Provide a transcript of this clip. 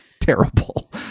terrible